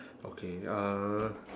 okay uh